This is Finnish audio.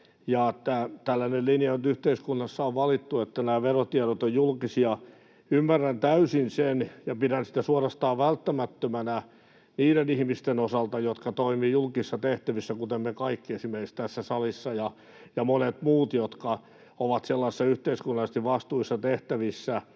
tällainen linja nyt yhteiskunnassa on valittu, että nämä verotiedot ovat julkisia. Ymmärrän täysin sen, ja pidän sitä suorastaan välttämättömänä niiden ihmisten osalta, jotka toimivat julkisissa tehtävissä, kuten me kaikki esimerkiksi tässä salissa ja monet muut, jotka ovat sellaisissa yhteiskunnallisesti vastuullisissa tehtävissä.